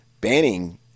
Banning